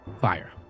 fire